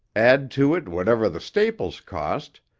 add to it whatever the staples cost,